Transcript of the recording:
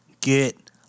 get